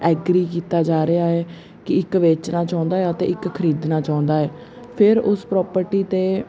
agri ਕੀਤਾ ਜਾ ਰਿਹਾ ਹੈ ਕਿ ਇੱਕ ਵੇਚਣਾ ਚਾਹੁੰਦਾ ਆ ਅਤੇ ਇੱਕ ਖਰੀਦਣਾ ਚਾਹੁੰਦਾ ਹੈ ਫਿਰ ਉਸ ਪ੍ਰੋਪਰਟੀ 'ਤੇ